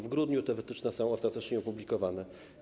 W grudniu te wytyczne zostały ostatecznie opublikowane.